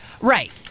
Right